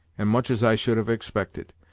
and much as i should have expected.